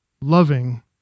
loving